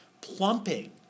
plumping